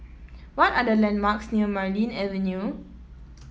what are the landmarks near Marlene Avenue